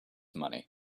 money